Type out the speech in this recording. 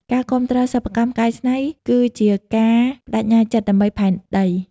ការគាំទ្រសិប្បកម្មកែច្នៃ គឺជាការប្តេជ្ញាចិត្តដើម្បីផែនដី។